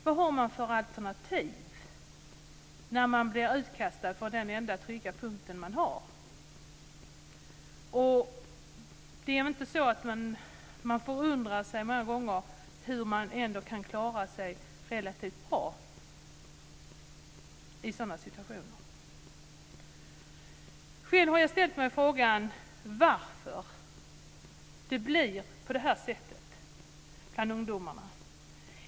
Vad har man för alternativ när man blir utkastad från den enda trygga punkt som man har? Jag förundras många gånger över hur de ändå kan klara sig relativt bra i sådana situationer. Jag har ställt mig frågan varför det går fel bland ungdomarna.